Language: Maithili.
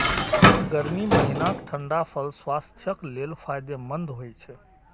गर्मी महीनाक ठंढा फल स्वास्थ्यक लेल फायदेमंद होइ छै